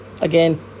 Again